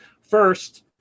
First